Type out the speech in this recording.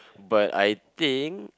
but I think